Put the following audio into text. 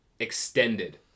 extended